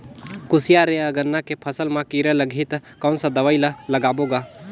कोशियार या गन्ना के फसल मा कीरा लगही ता कौन सा दवाई ला लगाबो गा?